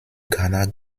ghana